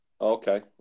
Okay